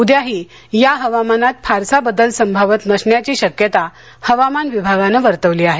उद्याही या हवामानात फारसा बदल संभावत नसण्याची शक्यता हवामान विभागानं वर्तवली आहे